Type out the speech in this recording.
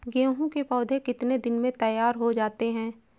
गेहूँ के पौधे कितने दिन में तैयार हो जाते हैं?